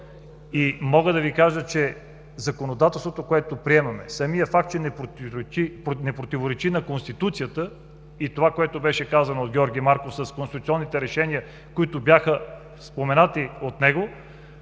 Мога да Ви кажа, че законодателството, което приемаме, самият факт, че не противоречи на Конституцията, и това, което беше казано от Георги Марков, с конституционните решения, които бяха споменати от него